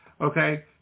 okay